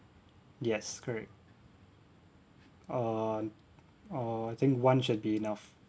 yes correct uh uh I think one should be enough